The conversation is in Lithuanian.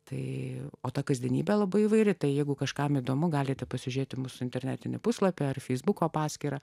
tai o ta kasdienybė labai įvairi tai jeigu kažkam įdomu galite pasižiūrėti mūsų internetinį puslapį ar feisbuko paskyrą